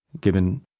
given